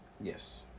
Yes